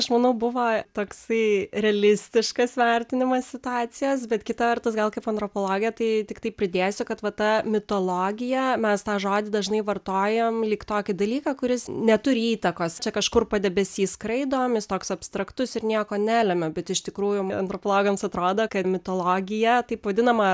aš manau buvo toksai realistiškas vertinimas situacijos bet kita vertus gal kaip antropologė tai tiktai pridėjusi kad va ta mitologija mes tą žodį dažnai vartojam lyg tokį dalyką kuris neturi įtakos kažkur padebesiais skraidom jis toks abstraktus ir nieko nelemia bet iš tikrųjų antropologams atrodo kad mitologija taip vadinama